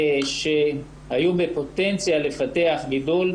שהיו בפוטנציה לפתח גידול.